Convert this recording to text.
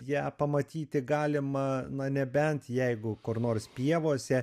ją pamatyti galima na nebent jeigu kur nors pievose